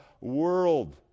world